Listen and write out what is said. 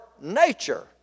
nature